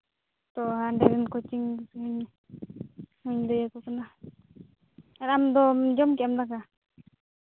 ᱛᱚ ᱦᱟᱸᱰᱮ ᱨᱮᱱ ᱠᱳᱪᱤᱝ ᱥᱚᱢᱚᱭ ᱦᱚᱸᱧ ᱞᱟᱹᱭ ᱟᱠᱚ ᱠᱟᱱᱟ ᱟᱨ ᱟᱢ ᱫᱚ ᱡᱚᱢ ᱠᱮᱫ ᱟᱢ ᱫᱟᱠᱟ